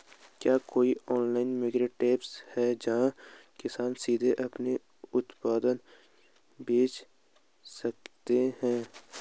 क्या कोई online marketplace है, जहां किसान सीधे अपने उत्पाद बेच सकते हैं?